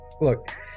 look